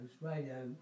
Radio